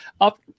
up